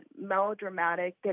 melodramatic